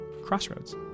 Crossroads